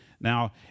Now